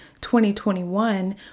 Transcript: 2021